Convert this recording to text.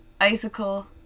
icicle